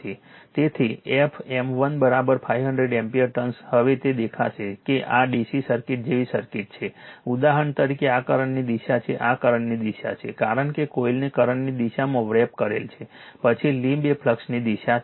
તેથી f m1 500 ampere turns હવે તે દેખાશે કે આ DC સર્કિટ જેવી સર્કિટ છે ઉદાહરણ તરીકે આ કરંટની દિશા છે આ કરંટની દિશા છે કારણ કે કોઈલને કરંટની દિશામાં વ્રેપ કરેલ છે પછી લીમ્બ એ ફ્લક્સની દિશા છે